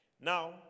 Now